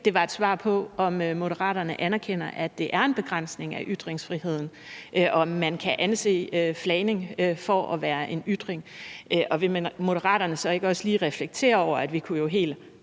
det var et svar på, om Moderaterne anerkender, at det er en begrænsning af ytringsfriheden, og om man kan anse flagning for at være en ytring. Vil Moderaterne så ikke også lige reflektere over, at vi jo helt